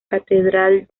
catedral